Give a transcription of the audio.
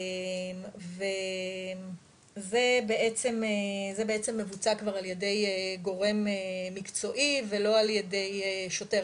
זה בעצם מבוצע ע"י גורם מקצועי, ולא ע"י שוטר.